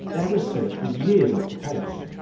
their research was years off the pace.